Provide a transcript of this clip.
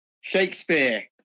Shakespeare